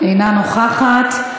אינה נוכחת.